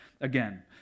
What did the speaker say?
again